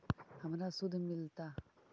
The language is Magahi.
हमरा शुद्ध मिलता?